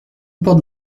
porte